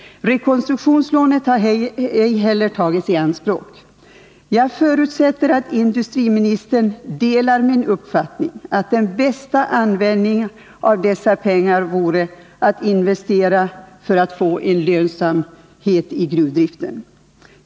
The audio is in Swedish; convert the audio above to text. Rekonstruktionslånet har ej heller tagits i anspråk. Jag förutsätter att industriministern delar min uppfattning att den bästa användningen av dessa pengar vore att investera dem för att få lönsamhet i gruvdriften.